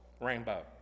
rainbow